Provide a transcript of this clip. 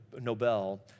Nobel